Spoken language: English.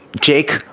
Jake